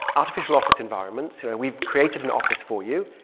artificial office environments. here, we've created an office for you.